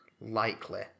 likely